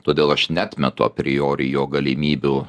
todėl aš neatmetu apriori jo galimybių